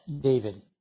David